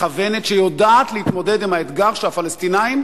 מכוונת, שיודעת להתמודד עם האתגר שהפלסטינים,